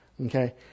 Okay